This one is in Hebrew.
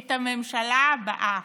את הממשלה הבאה.